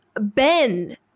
Ben